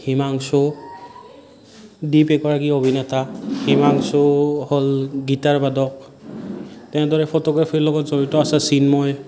হিমাংশু দীপ এগৰাকী অভিনেতা হিমাংশু হ'ল গিটাৰ বাদক তেনেদৰে ফটোগ্ৰাফিৰ লগত জড়িত আছে চিন্ময়